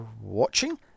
watching